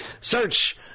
Search